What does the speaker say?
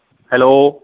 hello